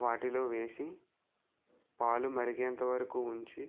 వాటిలో వేసి పాలు మరిగేంత వరకు ఉంచి